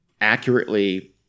accurately